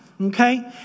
Okay